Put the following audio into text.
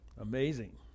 Amazing